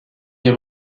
des